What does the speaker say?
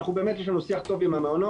באמת יש לנו שיח טוב עם המעונות,